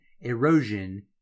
erosion